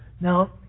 Now